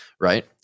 Right